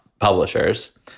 publishers